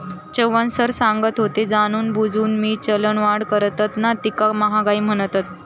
Chavan sir सांगत होते, जाणूनबुजून जी चलनवाढ करतत ना तीका महागाई म्हणतत